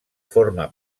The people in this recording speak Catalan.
forma